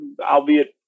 albeit